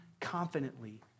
confidently